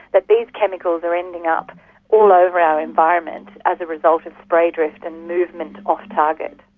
that these chemicals are ending up all over our environment as a result of spray drift and movement off target.